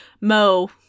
mo